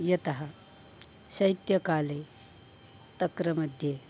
यतः शैत्यकाले तक्रमध्ये